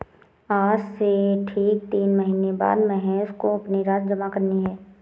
आज से ठीक तीन महीने बाद महेश को अपनी राशि जमा करनी है